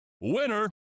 Winner